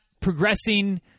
progressing